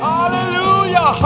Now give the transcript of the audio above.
Hallelujah